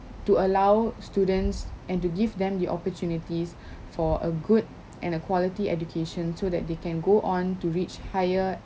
to allow students and to give them the opportunities for a good and a quality education so that they can go on to reach higher